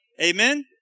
Amen